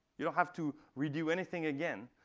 you don't have to redo anything again.